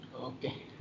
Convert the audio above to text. okay